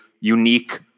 unique